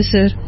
Sir